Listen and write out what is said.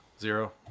Zero